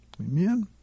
Amen